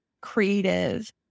creative